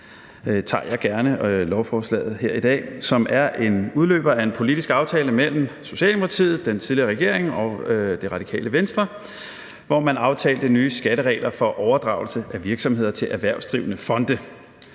tager jeg gerne lovforslaget her i dag, som er en udløber af en politisk aftale mellem Socialdemokratiet, den tidligere regering og Det Radikale Venstre, hvor man aftalte nye skatteregler for overdragelse af virksomheder til erhvervsdrivende fonde.